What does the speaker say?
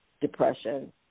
depression